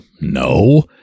No